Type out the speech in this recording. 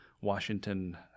Washington